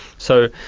so,